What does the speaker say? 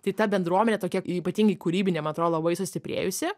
tai ta bendruomenė tokia ypatingai kūrybinė man atrodo labai sustiprėjusi